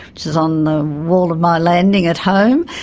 which is on the wall of my landing at home.